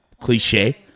cliche